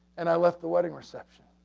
and i left the wedding reception.